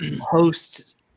host